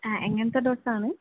ആ എങ്ങനത്തെ ഡ്രെസ്സാണ്